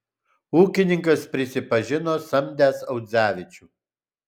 ūkininkas prisipažino samdęs audzevičių